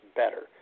better